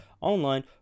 online